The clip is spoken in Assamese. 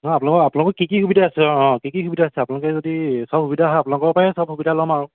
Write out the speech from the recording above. নহয় আপোনোলোকক আপোনালোকক কি সুবিধা আছে অঁ কি কি সুবিধা আছে আপোনালোকে যদি সব সুবিধা হয় আপোনালোকৰ পৰাই সব সুবিধা ল'ম আৰু